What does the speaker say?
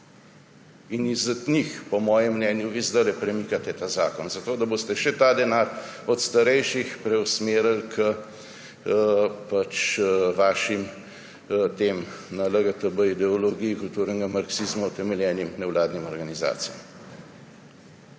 njih po mojem mnenju vi zdajle premikate ta zakon, zato da boste še ta denar od starejših preusmerili k tem vašim na LGBT ideologiji kulturnega marksizma utemeljenim nevladnim organizacijam.